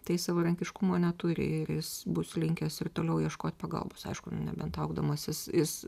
tai savarankiškumo neturi ir jis bus linkęs ir toliau ieškot pagalbos aišku nu nebent traukdamasis jis